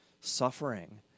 suffering